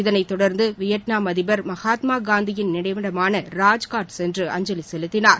இதனைத் தொடர்ந்து வியட்நாம் அதிபர் மகாத்மா காந்தியின் நினைவிடமான ராஜ்காட் சென்று அஞ்சலி செலுத்தினார்